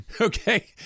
Okay